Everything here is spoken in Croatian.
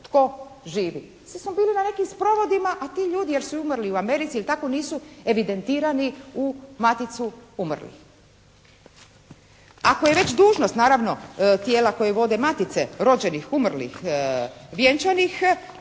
tko živi. Svi smo bili na nekim sprovodima, a ti ljudi jer su umrli u Americi i tako nisu evidentirani u maticu umrlih. Ako je već dužnost naravno tijela koje vode matice rođenih, umrlih, vjenčanih